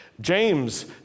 James